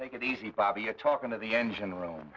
take it easy bob you're talking to the engine room